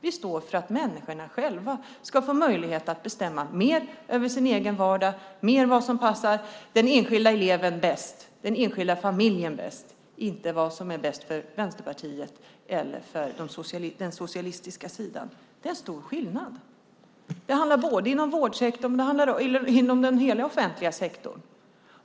Vi står för att människor själva ska få möjlighet att bestämma mer över sin egen vardag och vad som passar den enskilda eleven och den enskilda familjen bäst. Det handlar inte om vad som är bäst för Vänsterpartiet eller den socialistiska sidan. Det är en stor skillnad. Det gäller hela den offentliga sektorn.